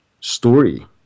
story